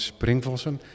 Springvossen